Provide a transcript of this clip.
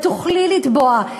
אלא תוכלי לתבוע.